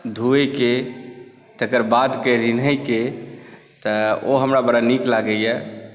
धोइके तकर बादके रिन्हयके तऽ ओ हमरा बड़ा नीक लागैए